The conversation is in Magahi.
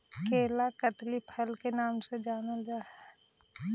केला कदली फल के नाम से जानल जा हइ